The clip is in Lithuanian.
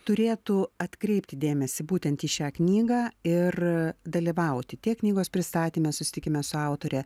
turėtų atkreipti dėmesį būtent į šią knygą ir dalyvauti tiek knygos pristatyme susitikime su autore